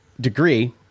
degree